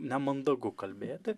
nemandagu kalbėti